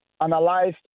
analyzed